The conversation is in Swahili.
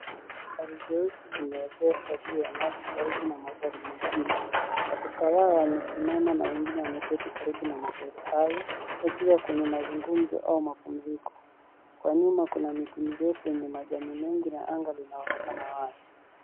Gari jeusi limeegeshwa juu ya nyasi karibu na magari mengine. Watu kadhaa wamesimama na wengine wameketi karibu na magari hayo, wakiwa kwenye mazungumzo au mapumziko. Kwa nyuma kuna miti mirefu yenye majani mengi na anga linaonekana wazi.